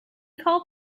called